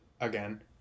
again